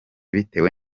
bitewe